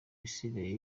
isigaye